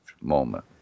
moment